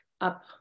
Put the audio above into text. up